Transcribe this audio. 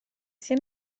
sia